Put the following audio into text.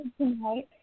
tonight